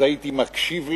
אז הייתי מקשיב להם,